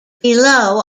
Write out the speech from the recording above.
below